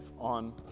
on